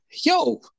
yo